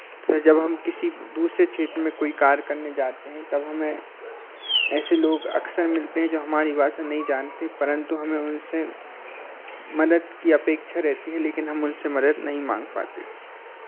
जब हम किसी दूसरे क्षेत्र में कोई कार्य करने जाते हैं तब हमें ऐसे लोग अक्सर मिलते हैं जो हमारी भाषा नहीं जानते परंतु हमें उनसे मदद की अपेक्षा रहती है लेकिन हमें उनसे मदद नहीं मांग पाते